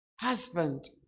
husband